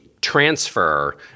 transfer